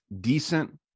decent